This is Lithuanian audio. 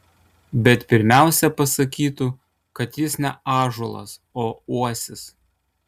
bet pirmiausia pasakytų kad jis ne ąžuolas o uosis